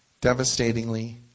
devastatingly